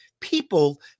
people